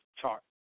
chart